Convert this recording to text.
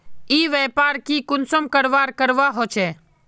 ई व्यापार की कुंसम करवार करवा होचे?